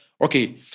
okay